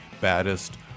baddest